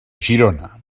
girona